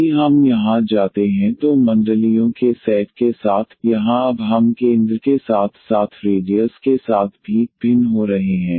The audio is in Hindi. यदि हम यहां जाते हैं तो मंडलियों के सेट के साथ यहाँ अब हम केंद्र के साथ साथ रेडियस के साथ भी भिन्न हो रहे हैं